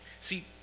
See